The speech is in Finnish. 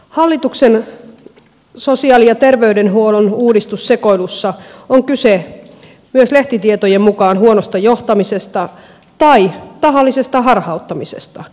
hallituksen sosiaali ja terveydenhuollon uudistussekoilussa on kyse myös lehtitietojen mukaan huonosta johtamisesta tai tahallisesta harhauttamisesta